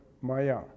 maya